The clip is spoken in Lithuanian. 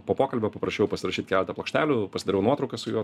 po pokalbio paprašiau pasirašyt keletą plokštelių pasidariau nuotrauką su juo